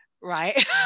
right